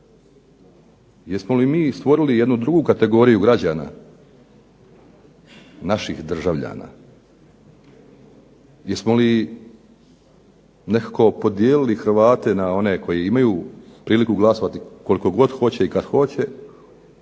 Jesmo li mi stvorili jednu drugu kategoriju građana naših državljana. Jesmo li nekako podijelili Hrvate na one koji imaju priliku glasovati koliko god hoće i kad hoće